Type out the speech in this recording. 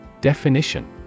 Definition